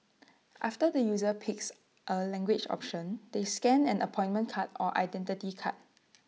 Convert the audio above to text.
after the user picks A language option they scan an appointment card or Identity Card